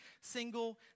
single